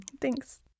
Thanks